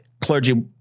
clergy